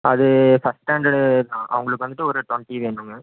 அது first standard அவங்களுக்கு வந்துவிட்டு ஒரு ட்வெண்ட்டி வேணுங்க